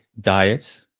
diets